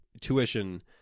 Tuition